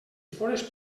fores